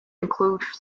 include